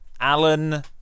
Alan